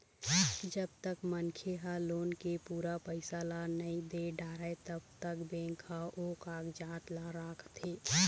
जब तक मनखे ह लोन के पूरा पइसा ल नइ दे डारय तब तक बेंक ह ओ कागजात ल राखथे